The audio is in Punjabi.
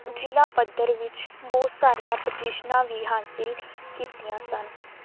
ਜ਼ਿਲ੍ਹਾ ਪੱਧਰ ਵਿੱਚ ਬਹੁਤ ਸਾਰੀਆਂ ਪੁਜੀਸ਼ਨਾਂ ਵੀ ਹਾਸਿਲ ਕੀਤੀਆਂ ਸਨ